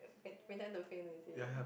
faint pretend to faint is it